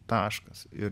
taškas ir